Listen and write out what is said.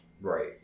right